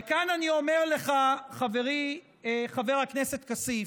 וכאן אני אומר לך, חברי חבר הכנסת כסיף,